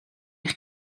eich